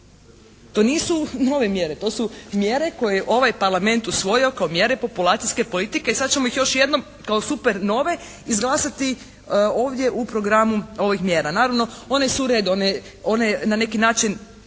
To nisu nove mjere, to su mjere koje je ovaj Parlament usvojio kao mjere populacijske politike. I sad ćemo ih još jednom kao super nove izglasati ovdje u programu ovih mjera. Naravno one su u redu. One na neki način